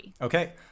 Okay